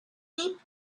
deep